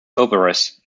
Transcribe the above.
operas